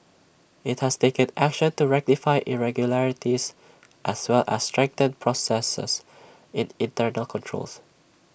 IT has taken action to rectify irregularities as well as strengthen processes in internal controls